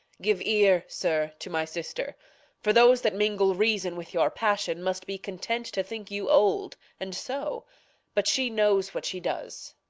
give ear, sir, to my sister for those that mingle reason with your passion must be content to think you old, and so but she knows what she does.